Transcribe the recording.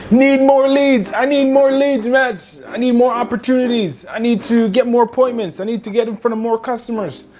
need more leads. i need mean more leads, mats. i need more opportunities. i need to get more appointments. i need to get in front of more customers.